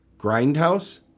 Grindhouse